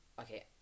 okay